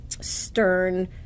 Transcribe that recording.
stern